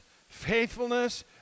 faithfulness